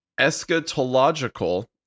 eschatological